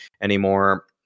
anymore